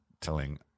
telling